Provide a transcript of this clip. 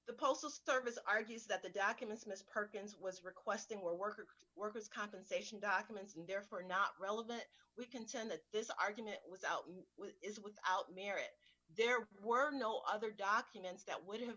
the postal service argues that the documents mr perkins was requesting were workers workers compensation documents and therefore not relevant we contend that this argument was out with is without merit there were no other documents that would have